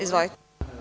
Izvolite.